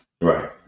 Right